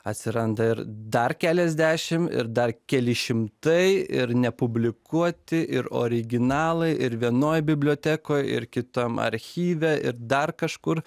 atsiranda ir dar keliasdešim ir dar keli šimtai ir nepublikuoti ir originalai ir vienoj bibliotekoj ir kitam archyve ir dar kažkur